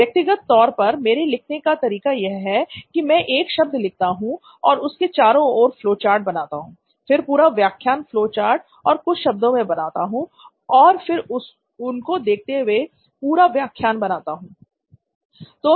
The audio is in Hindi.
व्यक्तिगत तौर पर मेरे लिखने का तरीका यह है कि मैं एक शब्द लिखता हूं और उसके चारों ओर फ्लोचार्ट बनाता हूं फिर पूरा व्याख्यान फ्लोचार्ट और कुछ शब्दों में बनाता हूं और फिर उनको देखते हुए पूरा व्याख्यान बनाता हूं